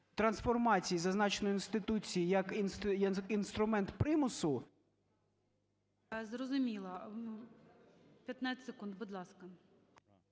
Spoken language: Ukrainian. трансформації зазначеної інституції, як інструмент примусу. ГОЛОВУЮЧИЙ. Зрозуміло. 15 секунд, будь ласка.